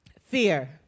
Fear